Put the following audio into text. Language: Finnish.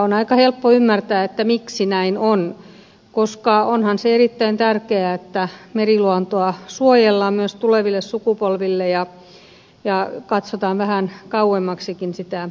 on aika helppo ymmärtää miksi näin on koska onhan se erittäin tärkeää että meriluontoa suojellaan myös tuleville sukupolville ja katsotaan vähän kauemmaksikin sitä mahdollisuutta